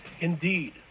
Indeed